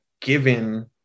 given